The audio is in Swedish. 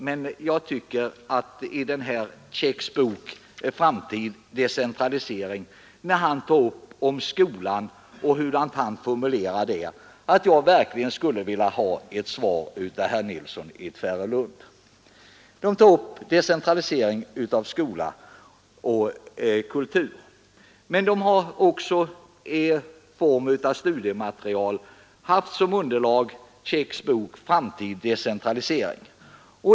När jag läser vad Käck skriver om skolan i sin bok Framtid och decentralisering vill jag verkligen ha ett besked från herr Nilsson i Tvärålund. Centern tar upp frågan om decentralisering av skola och kultur, och de har som en form av studiematerial haft Käcks bok Framtid—Decentralisering.